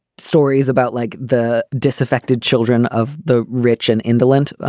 stories about like the disaffected children of the rich and indolent.